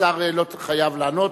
השר לא חייב לענות,